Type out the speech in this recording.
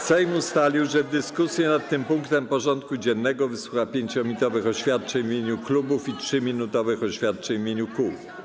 Sejm ustalił, że w dyskusji nad tym punktem porządku dziennego wysłucha 5-minutowych oświadczeń w imieniu klubów i 3-minutowych oświadczeń w imieniu kół.